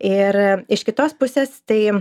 ir iš kitos pusės tai